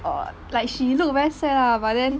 err like she looked very sad lah but then